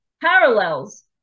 parallels